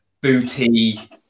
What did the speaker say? booty